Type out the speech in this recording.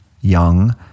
young